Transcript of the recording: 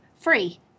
free